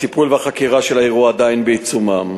הטיפול והחקירה של האירוע עדיין בעיצומם,